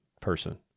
person